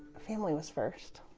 family was first.